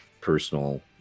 personal